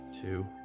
two